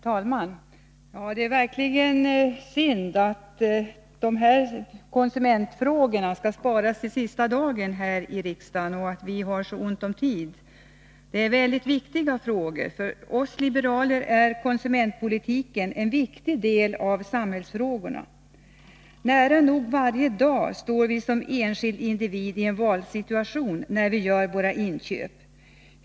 Herr talman! Det är verkligen synd att konsumentfrågorna skall sparas till sista dagen här i riksdagen och att vi har så ont om tid. Detta är mycket viktiga frågor. För oss liberaler är konsumentpolitiken en viktig del av samhällsfrågorna. Nära nog varje dag står vi som enskilda individer i en valsituation, när vi gör våra inköp.